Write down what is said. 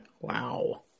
Wow